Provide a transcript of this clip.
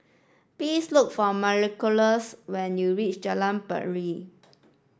please look for Marylouise when you reach Jalan Pacheli